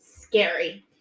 Scary